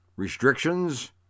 restrictions